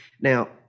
Now